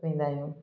वेंदा आहियूं